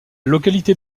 localité